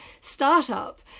startup